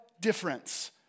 difference